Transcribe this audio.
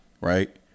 right